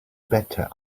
better